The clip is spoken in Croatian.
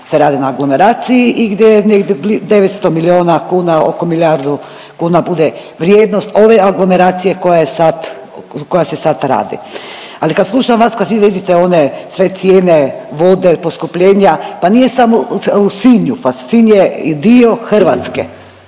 se radi na aglomeraciji i gdje negdje 900 miliona kuna oko milijardu kuna bude vrijednost ove aglomeracije koja je sad, koja se sad radi. Ali kad slušam vas kad vi velite one sve cijene vode, poskupljenja pa nije samo u Sinju, pa Sinj je i dio Hrvatske.